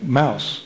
mouse